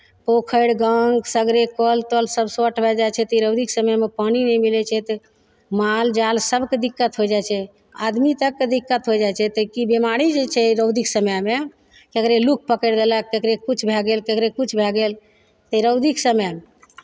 पोखरि गाम सगरे कल तल सभ शोर्ट भऽ जाइ छै अथी रौदीके समयमे पानि नहि मिलै छै तऽ माल जाल सभकेँ दिक्कत होय जाइ छै आदमी तककेँ दिक्कत हो जाइ छै तऽ की बेमारी जे छै रौदीक समयमे केकरे लू पकड़ि लेलक केकरे किछु भए गेल केकरे किछु भए गेल तऽ रौदीक समयमे